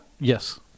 Yes